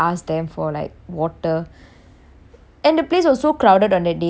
and the place was so crowded on that day I think I went on a saturday lah so it's my bad